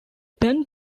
pen